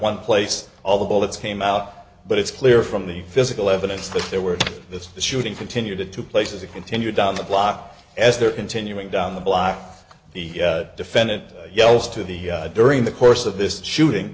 one place all the bullets came out but it's clear from the physical evidence that there were this shooting continue to took place as it continued down the block as they're continuing down the block the defendant yells to the during the course of this shooting